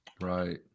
Right